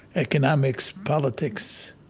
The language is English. economics, politics,